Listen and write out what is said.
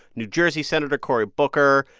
new jersey senator cory booker.